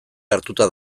hartuta